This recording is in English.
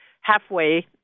halfway